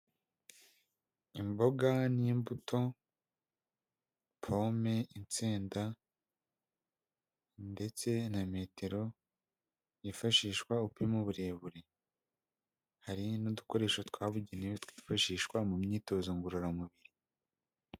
Imboga n'imbuto, pome, insenda, ndetse na metero yifashishwa upima uburebure, hari n'udukoresho twabugenewe twifashishwa mu myitozo ngororamubiri.